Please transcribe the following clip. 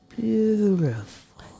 beautiful